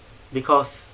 because